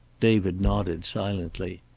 david nodded, silently.